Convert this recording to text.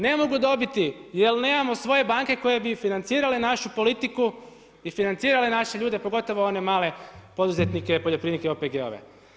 Ne mogu dobiti, jer nemamo svoje banke koje bi financirale našu politiku i financirale naše ljude, pogotovo one male poduzetnike, poljoprivrednike i OPG-ove.